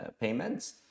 payments